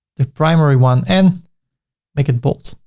the primary one and make it bold.